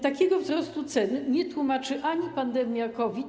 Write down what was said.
Takiego wzrostu cen nie tłumaczy ani pandemia COVID.